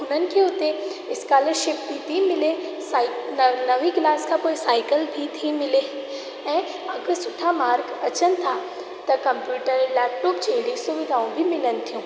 हुननि खे उते स्कालर्शिप बि थी मिले साई न नवीं क्लास खां पोइ साईकल बि थी मिले ऐं अगरि सुठा मार्क अचनि था त कंप्यूटर लैपटॉप जहिड़ियूं सुविधा बि मिलनि थियूं